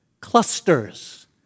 clusters